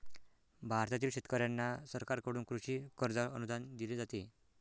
भारतातील शेतकऱ्यांना सरकारकडून कृषी कर्जावर अनुदान दिले जाते